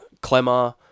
Clemmer